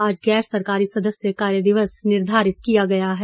आज गैर सरकारी सदस्य कार्य दिवस निर्धारित किया गया है